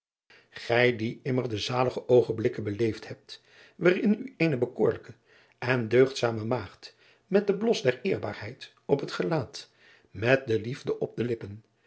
ij die immer de zalige oogenblikken beleefd hebt waarin u eene bekoorlijke en deugdzame maagd met den blos der eerbaarheid op het gelaat met de liefde op de lippen